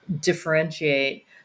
differentiate